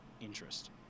interest